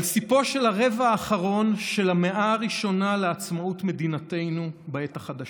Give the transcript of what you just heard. על סיפו של הרבע האחרון של המאה הראשונה לעצמאות מדינתנו בעת החדשה,